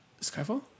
Skyfall